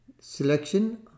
selection